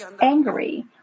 angry